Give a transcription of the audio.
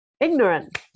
ignorant